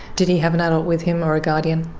did he have an adult with him or a guardian?